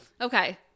okay